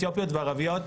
אתיופיות וערביות,